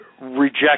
reject